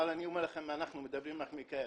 אבל אני אומר לכם שאנחנו מדברים מכאב.